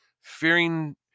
fearing